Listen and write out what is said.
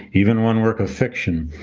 even one work of fiction.